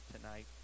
tonight